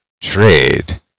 trade